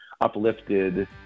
uplifted